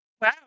wow